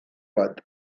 bat